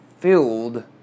filled